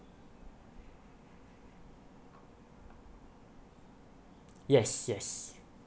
yes yes